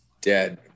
dead